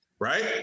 right